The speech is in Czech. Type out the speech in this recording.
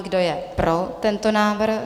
Kdo je pro tento návrh?